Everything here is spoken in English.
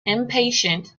impatient